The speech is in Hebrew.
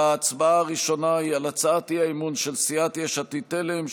ההצבעה הראשונה היא על הצעת האי-אמון של סיעת יש עתיד-תל"ם,